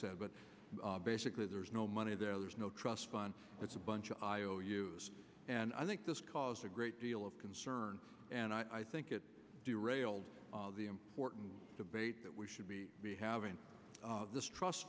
said but basically there's no money there there's no trust fund it's a bunch of ious and i think this caused a great deal of concern and i think it derailed the important debate that we should be having this trust